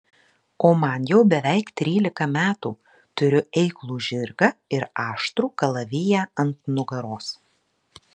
o man jau beveik trylika metų turiu eiklų žirgą ir aštrų kalaviją ant nugaros